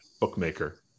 Bookmaker